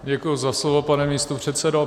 Děkuji za slovo, pane místopředsedo.